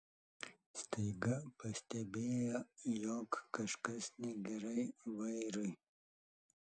staiga pastebėjo jog kažkas negerai vairui